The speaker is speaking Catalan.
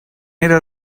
era